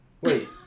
Wait